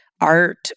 art